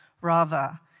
Rava